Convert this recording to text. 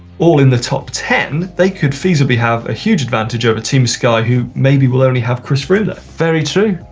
all in the top ten, they could feasibly have a huge advantage over team sky, who maybe will only have chris froome. very true.